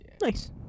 Nice